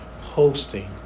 hosting